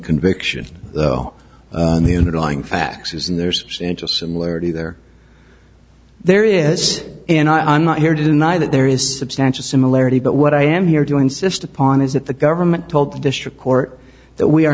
conviction though the underlying facts is in there's interest similarity there there is and i'm not here to deny that there is substantial similarity but what i am here to insist upon is that the government told the district court that we are